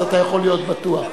אז אתה יכול להיות בטוח.